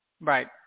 right